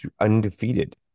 Undefeated